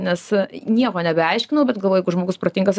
nes nieko nebeaiškinau bet galvoju žmogus protingas